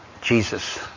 Jesus